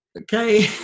okay